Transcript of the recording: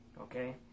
Okay